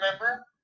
remember